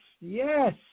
yes